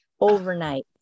overnight